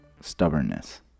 Stubbornness